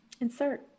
Insert